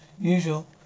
Usual